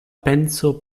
penso